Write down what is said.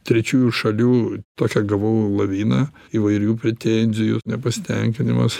trečiųjų šalių tokią gavau laviną įvairių pretenzijų nepasitenkinimas